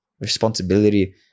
responsibility